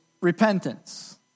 repentance